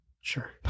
Sure